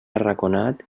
arraconat